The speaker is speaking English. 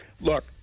look